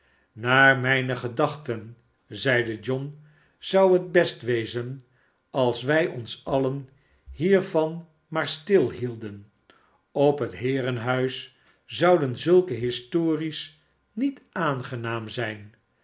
naar mijne gedachten zeide john zou het best wezen alswij ons alien hier van maar stilhielden op het heerenhuis zouden zulke histories niet aangenaam zijn